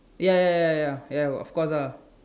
ya ya ya ya ya of course ah